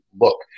look